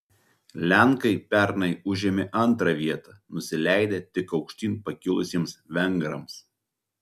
lenkai pernai užėmė antrą vietą nusileidę tik aukštyn pakilusiems vengrams